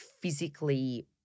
physically –